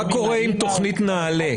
מה קורה עם תוכנית נעל"ה?